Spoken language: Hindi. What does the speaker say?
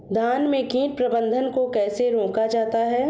धान में कीट प्रबंधन को कैसे रोका जाता है?